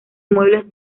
muebles